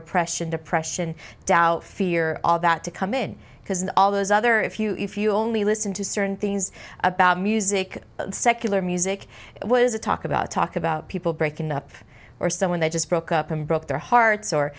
oppression depression doubt fear all that to come in because all those other if you if you only listen to certain things about music secular music was a talk about talk about people breaking up or someone they just broke up and broke their hearts or